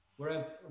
Whereas